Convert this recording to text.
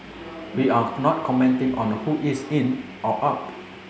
we are not commenting on who is in or out